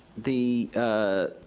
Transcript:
the, ah,